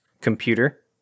computer